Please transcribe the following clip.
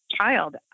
child